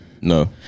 no